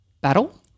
battle